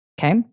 Okay